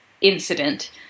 incident